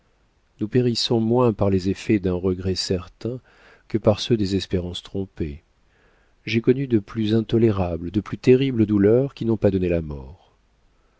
nous périssons moins par les effets d'un regret certain que par ceux des espérances trompées j'ai connu de plus intolérables de plus terribles douleurs qui n'ont pas donné la mort